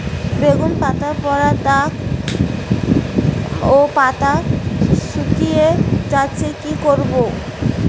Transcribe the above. বেগুন পাতায় পড়া দাগ ও পাতা শুকিয়ে যাচ্ছে কি করব?